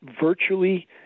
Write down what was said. virtually